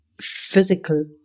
physical